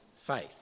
faith